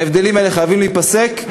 ההבדלים האלה חייבים להיפסק,